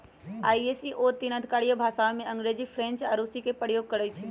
ISO तीन आधिकारिक भाषामें अंग्रेजी, फ्रेंच आऽ रूसी के प्रयोग करइ छै